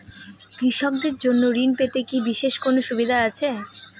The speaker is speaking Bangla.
কৃষকদের জন্য ঋণ পেতে কি বিশেষ কোনো সুবিধা আছে?